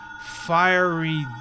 fiery